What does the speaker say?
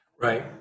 Right